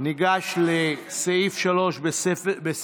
אנחנו ניגש לסעיף 3 בסדר-היום,